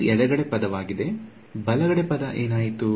ಇದು ಎಡಗಡೆ ಪದವಾಗಿದೆ ಬಲಗಡೆ ಪದ ಏನಾಯಿತು